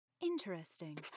Interesting